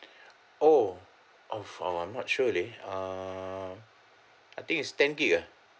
oh of I'm not sure leh err I think it's ten gigabyte ah